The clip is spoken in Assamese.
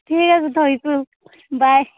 ঠিক আছে থৈছো বাই